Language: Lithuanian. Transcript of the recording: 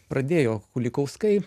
pradėjo kulikauskai